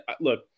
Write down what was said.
look